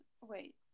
wait